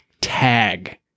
tag